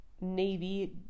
Navy